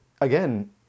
again